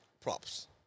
props